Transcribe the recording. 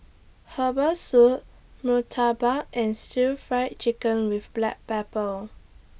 Herbal Soup Murtabak and Stir Fry Chicken with Black Pepper